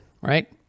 right